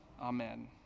Amen